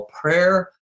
prayer